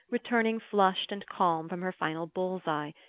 returning flushed and calm from her final bull's-eye,